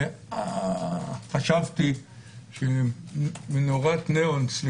חשבתי שמנורת ניאון על